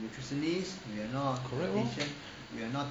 correct lor